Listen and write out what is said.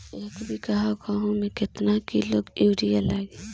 एक बीगहा गेहूं में केतना किलो युरिया लागी?